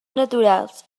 naturals